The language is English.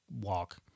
walk